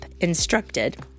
instructed